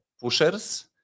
pushers